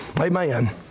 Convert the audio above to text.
Amen